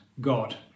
God